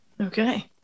Okay